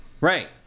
right